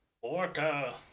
Orca